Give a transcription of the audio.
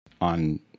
on